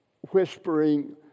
whispering